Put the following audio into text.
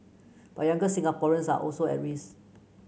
but younger Singaporeans are also at risk